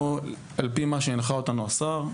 על-פי מה שהנחה אותנו השר,